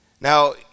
Now